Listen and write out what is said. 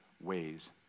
ways